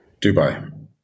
Dubai